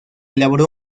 elaboró